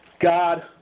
God